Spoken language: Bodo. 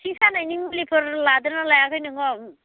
सिं सानायनि मुलिफोर लादोंना लायाखै नोङो